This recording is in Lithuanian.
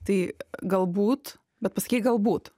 tai galbūt bet pasakei galbūt